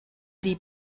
die